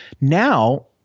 Now